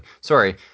Sorry